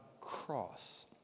cross